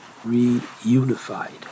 reunified